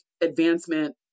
advancement